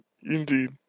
Indeed